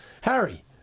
Harry